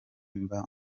mba